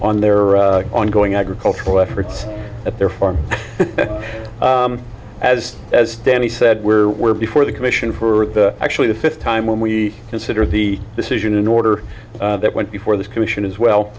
on their ongoing agricultural efforts at their farm as as danny said were were before the commission for the actually the fifth time when we consider the decision in order that went before this commission as well